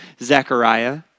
Zechariah